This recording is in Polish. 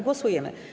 Głosujemy.